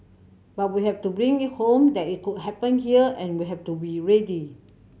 but we have to bring it home that it could happen here and we have to be ready